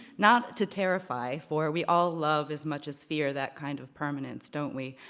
not to terrify, for we all love as much as fear that kind of permanence, don't we?